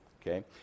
Okay